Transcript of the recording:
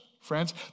friends